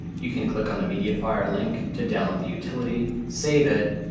you can click on the mediafire link to download the utility, save it.